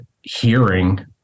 hearing